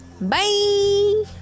bye